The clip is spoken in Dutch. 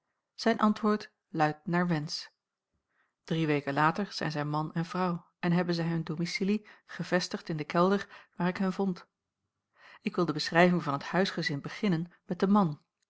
zijn antwoord luidt naar wensch drie weken later zijn zij man en vrouw en hebben zij hun domicilie gevestigd in de kelder waar ik hen vond ik wil de beschrijving van het huisgezin beginnen met den man